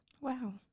Wow